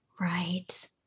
Right